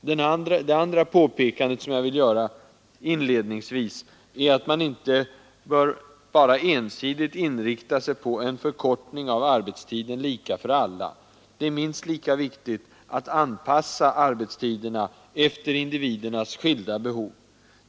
Det andra påpekande som jag inledningsvis vill göra är, att man inte bör ensidigt inrikta sig på en förkortning av arbetstiden lika för alla. Det är minst lika viktigt att anpassa arbetstiderna efter individernas skilda behov.